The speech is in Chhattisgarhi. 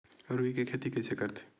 रुई के खेती कइसे करथे?